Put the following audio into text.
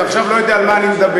אתה עכשיו לא יודע על מה אני מדבר,